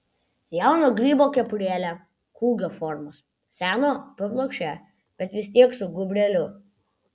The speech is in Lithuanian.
jauno grybo kepurėlė kūgio formos seno paplokščia bet vis tiek su gūbreliu